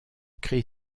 crée